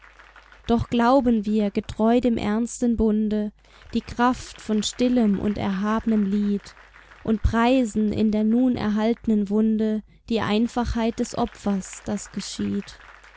doch glauben wir getreu dem ernsten bunde die kraft von stillem und erhabnem lied und preisen in der nun erhaltnen wunde die einfachheit des opfers das geschieht